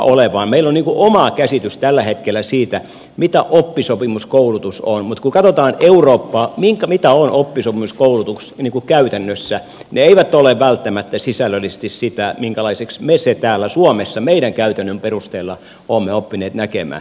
meillä on oma käsitys tällä hetkellä siitä mitä oppisopimuskoulutus on mutta kun katsotaan eurooppaa mitä on oppisopimuskoulutus käytännössä se ei ole välttämättä sisällöllisesti sitä minkälaisena me sen täällä suomessa meidän käytäntöjen perusteella olemme oppineet näkemään